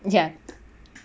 ya